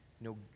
No